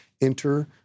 enter